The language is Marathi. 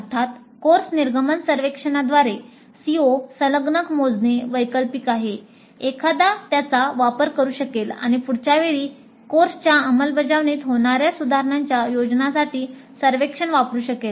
अर्थात कोर्स निर्गमन सर्वेक्षणाद्वारे CO संलग्नक मोजणे वैकल्पिक आहे एखादा त्याचा वापर करू शकेल किंवा पुढच्या वेळी कोर्सच्या अंमलबजावणीत होणाऱ्या सुधारणांच्या नियोजनासाठी सर्वेक्षण वापरू शकेल